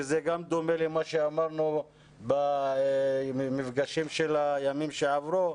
וזה גם דומה למה שאמרנו במפגשים של הימים שעברו,